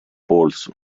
polso